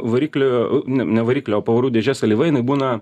variklio ne ne variklio o pavarų dėžės alyva jinai būna